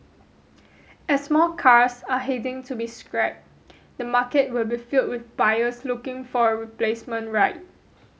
as more cars are heading to be scrapped the market will be filled with buyers looking for a replacement ride